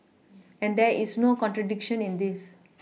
and there is no contradiction in this